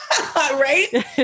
Right